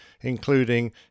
including